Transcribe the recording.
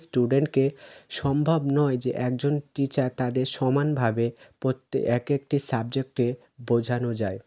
স্টুডেন্টকে সম্ভব নয় যে একজন টিচার তাদের সমানভাবে প্রত্যেক এক একটি সাবজেক্টে বোঝানো যায়